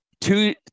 two